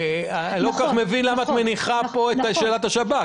אני לא כל כך מבין למה את שמה פה את עניין השב"כ.